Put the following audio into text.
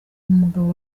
umugabo